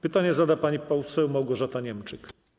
Pytanie zada pani poseł Małgorzata Niemczyk.